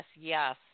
Yes